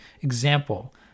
example